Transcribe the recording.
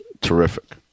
terrific